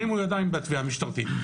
הרימו ידיים בתביעה המשטרתית.